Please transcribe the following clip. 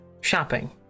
shopping